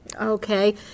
Okay